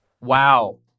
Wow